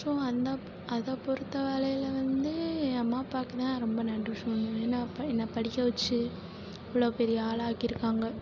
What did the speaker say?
so அந்த அதைப் பொறுத்த வரையில் வந்து அம்மா அப்பாவுக்கு தான் ரொம்ப நன்றி சொல்லணும் ஏன்னா பா என்னை படிக்க வெச்சு இவ்வளோ பெரிய ஆளாக்கியிருக்காங்க